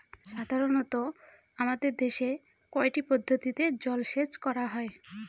সাধারনত আমাদের দেশে কয়টি পদ্ধতিতে জলসেচ করা হয়?